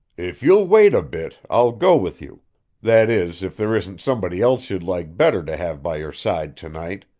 if you'll wait a bit, i'll go with you that is, if there isn't somebody else you'd like better to have by your side to-night.